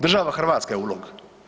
Država Hrvatska je ulog.